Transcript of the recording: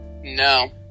No